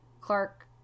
Clark